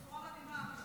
בצורה מדהימה,